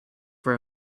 for